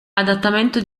adattamento